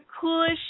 coolest